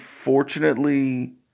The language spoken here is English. unfortunately